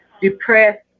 depressed